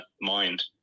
mind